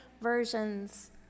versions